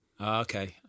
Okay